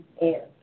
air